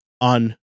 on